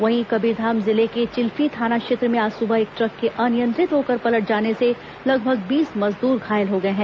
वहीं कबीरधाम जिले के चिल्फी थाना क्षेत्र में आज सुबह एक ट्रक के अनियंत्रित होकर पलट जाने से लगभग बीस मजदूर घायल हो गए हैं